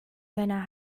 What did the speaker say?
seiner